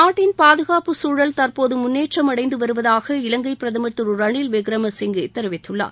நாட்டின் பாதுகாப்பு சூழல் தற்போது முன்னேற்றம் அடைந்துவருவதாக இலங்கை பிரதம் திரு ரணில் விக்ரம சிங்கே தெரிவித்துள்ளார்